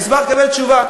אני אשמח לקבל תשובה.